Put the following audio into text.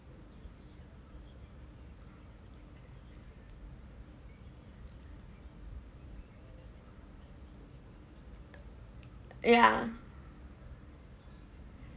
yeah